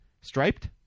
Striped